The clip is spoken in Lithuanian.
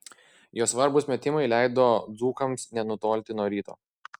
jo svarbūs metimai leido dzūkams nenutolti nuo ryto